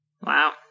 Wow